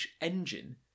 engine